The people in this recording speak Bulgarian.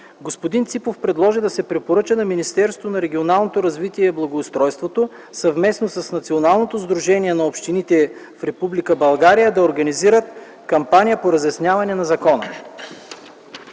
Господин Ципов предложи да се препоръча на Министерството на регионалното развитие и благоустройството, съвместно със Националното сдружение на общините в Република България, да организират кампания по разясняването на закона.